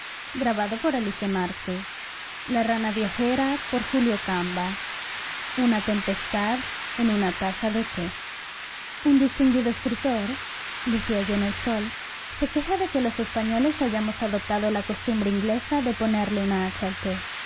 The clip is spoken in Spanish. perfectamente tontos se creen atacados de genialidad xviii una tempestad en una taza de te un distinguido escritor decía yo en el sol se queja de que los españoles hayamos adoptado la costumbre inglesa de ponerle una